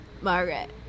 Margaret